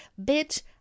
bitch